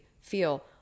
feel